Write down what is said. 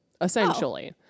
essentially